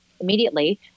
immediately